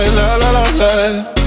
la-la-la-la